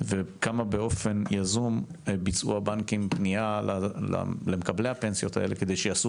וכמה בנקים באופן יזום ביצעו פנייה למקבלי הפנסיות כדי שיעשו